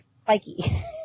spiky